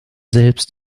selbst